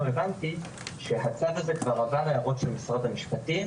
הבנתי שהצו הזה כבר עבר הערות של משרד המשפטים,